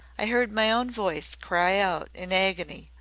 i heard my own voice cry out in agony,